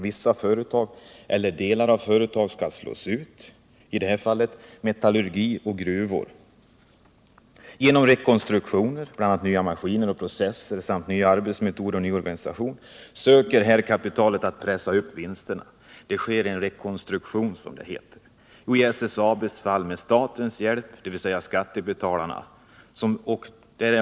Vissa företag eller delar av företag skall slås ut, i det här fallet metallurgi och gruvor. Med nya maskiner och processer samt ny arbetsmetod och ny organisation söker här kapitalet pressa upp vinsterna. Det sker en rekonstruktion, som det heter, i SSAB:s fall med statens hjälp, dvs. skattebetalarnas.